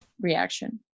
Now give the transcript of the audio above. reaction